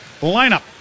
lineup